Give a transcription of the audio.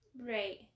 Right